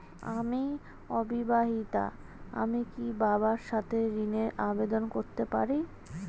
আমি অবিবাহিতা আমি কি বাবার সাথে ঋণের আবেদন করতে পারি?